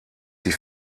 sie